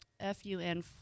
F-U-N